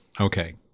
okay